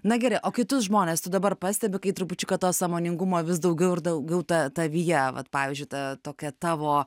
na gerai o kai tu žmones tu dabar pastebi kai trupučiuką to sąmoningumo vis daugiau ir daugiau ta tavyje vat pavyzdžiui ta tokie tavo